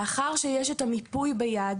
לאחר שיש את המיפוי ביד,